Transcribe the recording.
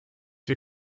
wir